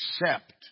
accept